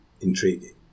intriguing